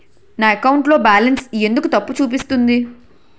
నా అకౌంట్ లో బాలన్స్ ఎందుకు తప్పు చూపిస్తుంది?